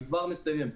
אני כבר מסיים.